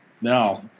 no